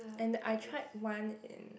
and I tried one in